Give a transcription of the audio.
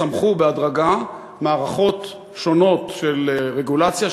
צמחו בהדרגה מערכות שונות של רגולציה,